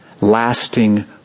lasting